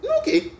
Okay